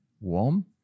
warm